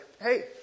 Hey